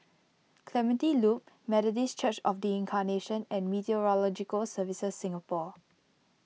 Clementi Loop Methodist Church of the Incarnation and Meteorological Services Singapore